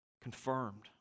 confirmed